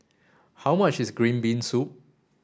how much is green bean soup